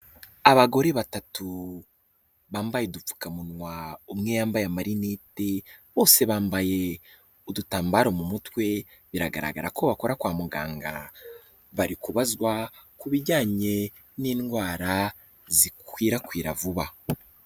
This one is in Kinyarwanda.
Abagore batatu bambaye udupfukamunwa, umwe yambaye amarinete, bose bambaye udutambaro mu mutwe, biragaragara ko bakora kwa muganga, bari kubazwa ku bijyanye n'indwara zikwirakwira vuba.